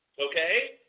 okay